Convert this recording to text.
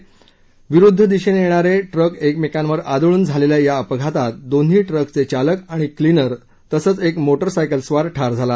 परस्पर विरूध्द दिशेने येणारे ट्रक एकमेकावर आदळून झालेल्या या अपघातात दोन्ही ट्रक्सचे चालक आणि क्लीनर तसंच एक मोटरसायकलस्वार ठार झाला